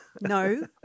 No